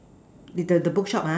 is the the bookshop ah